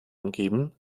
umgeben